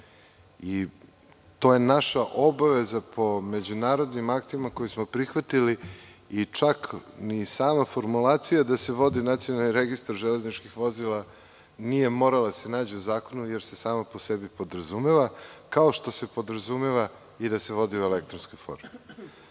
i to je naša obaveza po međunarodnim aktima koje smo prihvatili i čak ni sama formulacija da se vodi Nacionalni registar železničkih vozila nije morala da se nađe u zakonu jer se sama po sebi podrazumeva, kao što se podrazumeva i da se vodi u elektronskoj formi.